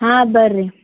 ಹಾಂ ಬರ್ರಿ